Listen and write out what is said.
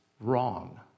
wrong